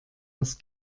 das